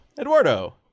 Eduardo